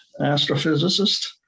astrophysicist